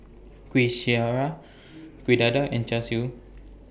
Kuih Syara Kuih Dadar and Char Siu